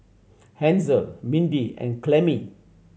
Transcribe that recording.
Hansel Mindy and Clemmie